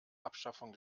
abschaffung